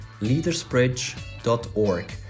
leadersbridge.org